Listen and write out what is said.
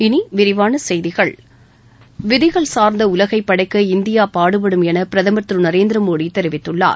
இனி விரிவான செய்திகள் விதிகள் சார்ந்த உலகைப் படைக்க இந்தியா பாடுபடும் என பிரதமர் திரு நரேந்திர மோடி தெரிவித்துள்ளார்